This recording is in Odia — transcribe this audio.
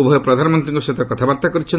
ଉଭୟ ପ୍ରଧାନମନ୍ତ୍ରୀଙ୍କ ସହିତ କଥାବାର୍ତ୍ତା କରିଛନ୍ତି